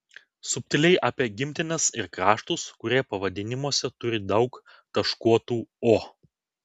subtiliai apie gimtines ir kraštus kurie pavadinimuose turi daug taškuotų o